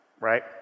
right